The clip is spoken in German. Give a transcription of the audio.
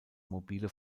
mobile